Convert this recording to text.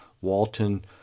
walton